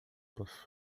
posso